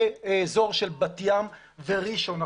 ובאזור של בת ים וראשון לציון.